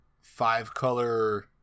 five-color